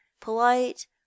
polite